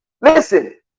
Listen